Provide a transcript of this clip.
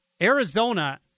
Arizona